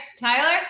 Tyler